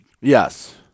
Yes